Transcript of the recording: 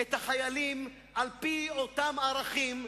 את החיילים על-פי אותם ערכים.